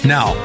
Now